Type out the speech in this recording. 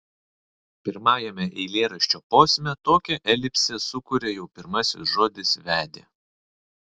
pirmajame eilėraščio posme tokią elipsę sukuria jau pirmasis žodis vedė